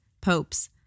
popes